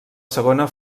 segona